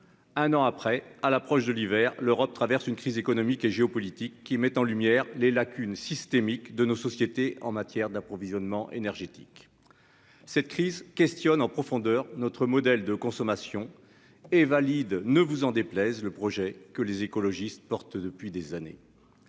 un an après, à l'approche de l'hiver, l'Europe traverse une crise économique et géopolitique qui mettent en lumière les lacunes systémiques de nos sociétés en matière d'approvisionnement énergétique, cette crise questionne en profondeur notre modèle de consommation et valide, ne vous en déplaise, le projet que les écologistes depuis des années.